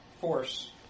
force